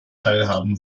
teilhaben